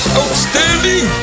outstanding